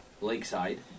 lakeside